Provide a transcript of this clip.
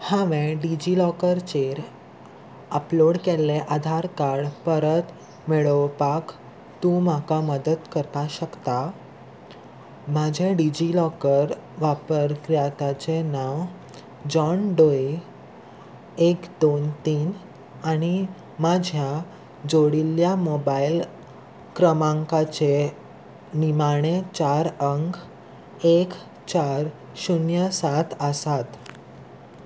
हांवें डिजिलॉकराचेर अपलोड केल्लें आधार कार्ड परत मेळोवपाक तूं म्हाका मदत करपाक शकता म्हजें डिजिलॉकर वापरकर्त्याचें नांव जॉन डुए एक दोन तीन आनी म्हज्या जोडिल्ल्या मोबायल क्रमांकाचे निमाणें चार अंक एक चार शुन्य सात आसात